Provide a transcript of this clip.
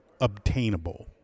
obtainable